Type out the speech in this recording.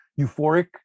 euphoric